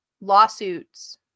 lawsuits